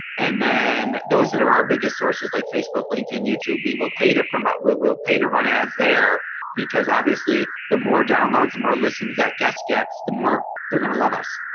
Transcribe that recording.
and then those that are our biggest sources like facebook, linkedin, youtube we will pay to promote we will pay to run ads there because obviously the more downloads the more listeners that guest gets the more they're going to love us.